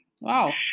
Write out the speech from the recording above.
Wow